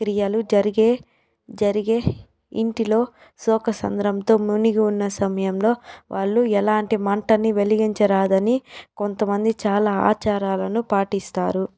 క్రియలు జరిగే జరిగే ఇంటిలో శోకసంద్రంతో మునిగి ఉన్న సమయంలో వాళ్ళు ఎలాంటి మంటను వెలిగించరాదని కొంతమంది చాలా ఆచారాలను పాటిస్తారు